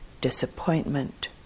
disappointment